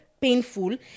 painful